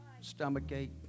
stomachache